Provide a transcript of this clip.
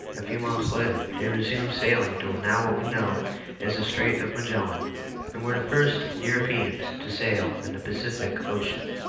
a few months later, they resume sailing into now what we know as the strait of magellan and were the first europeans to sail in the pacific ocean.